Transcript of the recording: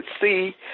see